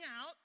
out